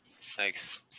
Thanks